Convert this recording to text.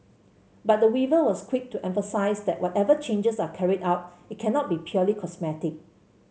but the Weaver was quick to emphasise that whatever changes are carried out it cannot be purely cosmetic